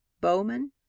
Bowman